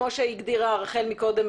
כמו שהגדירה רחל מקודם,